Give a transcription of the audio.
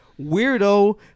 weirdo